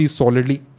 solidly